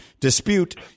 dispute